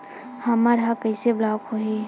हमर ह कइसे ब्लॉक होही?